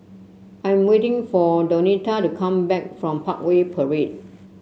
I'm waiting for Donita to come back from Parkway Parade